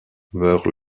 meurt